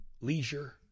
leisure